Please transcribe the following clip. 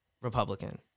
Republican